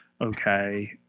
Okay